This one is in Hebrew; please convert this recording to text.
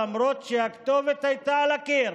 למרות שהכתובת הייתה על הקיר,